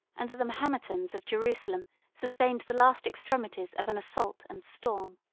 and that the mahometans of jerusalem sustained the last extremities of an assault and storm.